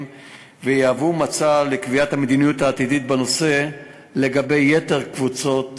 וישמשו מצע לקביעת המדיניות העתידית בנושא לגבי יתר קבוצות